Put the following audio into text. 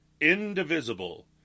indivisible